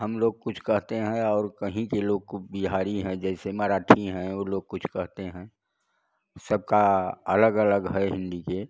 हम लोग कुछ कहते हैं और कहीं के लोग को बिहारी हैं जैसे मराठी हैं वो लोग कुछ कहते हैं सबका अलग अलग है हिंदी के